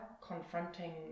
confronting